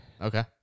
Okay